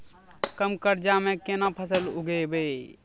कम खर्चा म केना फसल उगैबै?